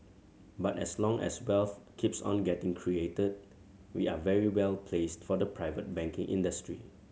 but as long as wealth keeps on getting created we are very well placed for the private banking industry